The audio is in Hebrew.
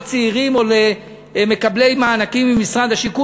צעירים או למקבלי מענקים ממשרד השיכון,